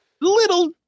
Little